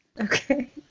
Okay